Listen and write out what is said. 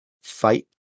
fight